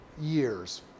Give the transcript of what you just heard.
years